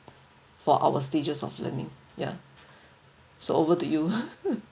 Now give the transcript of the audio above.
for our stages of learning ya so over to you